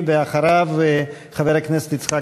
7,500